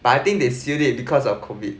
but I think they sealed it because of COVID